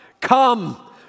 Come